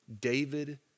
David